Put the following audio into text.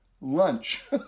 lunch